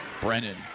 Brennan